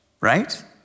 Right